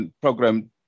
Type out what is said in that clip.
program